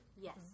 Yes